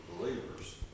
believers